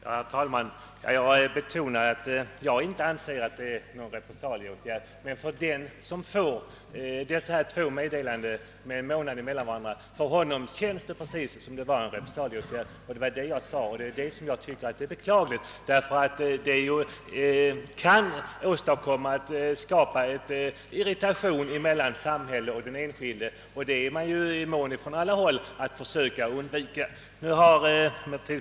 Herr talman! Jag har betonat att jag inte anser att det är någon repressalieåtgärd, men för den person som får dessa två meddelanden med en månads mellanrum känns det som en repressalieåtgärd. Det är beklagligt, ty det kan skapa irritation mellan samhället och den enskilde, och det är vi alla måna om att försöka undvika.